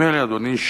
אדוני,